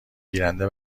گیرنده